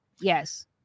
Yes